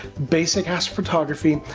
basic astrophotography,